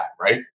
Right